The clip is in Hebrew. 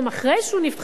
אחרי שהוא נבחר,